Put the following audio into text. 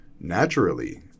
naturally